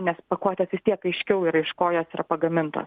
nes pakuotės vis tiek aiškiau yra iš ko jos yra pagamintos